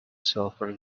silver